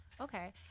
Okay